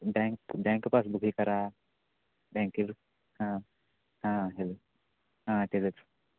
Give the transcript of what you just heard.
bank bank passbook हे करा बँकेचं हां हां हॅलो हां तेचंच